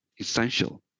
essential